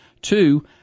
Two